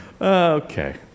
Okay